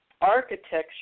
architecture